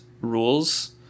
rules